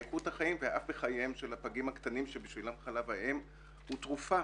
באיכות החיים ואף בחייהם של הפגים הקטנים שבשבילם חלב האם הוא תרופה